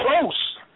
close